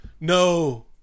no